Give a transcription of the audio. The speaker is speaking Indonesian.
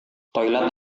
toilet